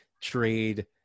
trade